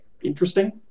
interesting